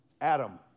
Adam